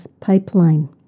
pipeline